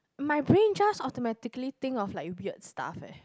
my brain just automatically think of like weird stuff eh